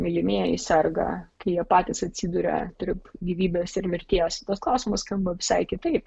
mylimieji serga kai jie patys atsiduria tarp gyvybės ir mirties tas klausimas skamba visai kitaip